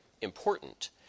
important